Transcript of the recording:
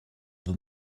than